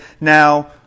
Now